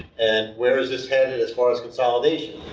and where is this headed as far as consolidation?